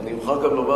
אני מוכרח גם לומר,